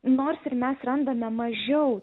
nors ir mes randame mažiau